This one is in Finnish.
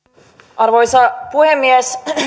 arvoisa puhemies